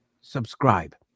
subscribe